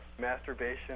masturbation